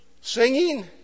singing